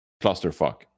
Clusterfuck